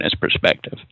perspective